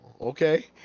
okay